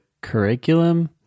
curriculum